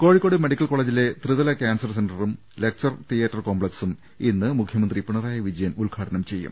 കോഴിക്കോട് മെഡിക്കൽകോളജിലെ ത്രിതല കാൻസർ സെന്ററും ലെക്ചർ തിയറ്റർ കോംപ്ലക്സും ഇന്ന് മുഖ്യമന്ത്രി പിണ റായി വിജയൻ ഉദ്ഘാടനം ചെയ്യും